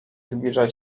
zbliża